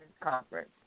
Conference